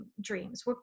dreams